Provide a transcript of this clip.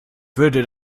würde